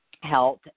health